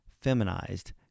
feminized